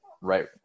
right